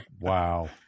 wow